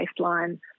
baseline